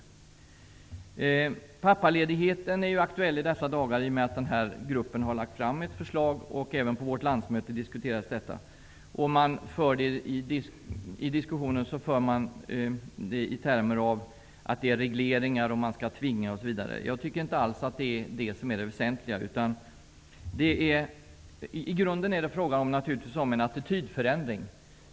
Frågan om pappaledighet har aktualiserats i dessa dagar då gruppen har lagt fram ett förslag. Förslaget diskuterades på vårt landsmöte. Diskussionen fördes i termer av att reglera och att tvinga. Jag tycker inte alls att det är väsentligt. I grunden är det fråga om en attitydförändring.